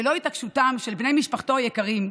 ללא התעקשותם של בני משפחתו היקרים,